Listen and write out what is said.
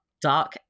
dark